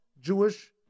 Jewish